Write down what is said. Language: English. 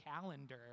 calendar